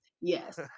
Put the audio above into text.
Yes